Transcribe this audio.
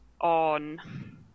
on